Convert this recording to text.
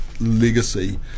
legacy